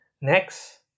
Next